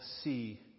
see